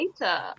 later